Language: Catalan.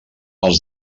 els